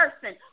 person